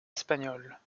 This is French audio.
espagnole